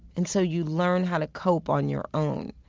and so you learn how to cope on your own.